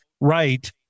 right